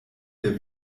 der